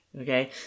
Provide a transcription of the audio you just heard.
Okay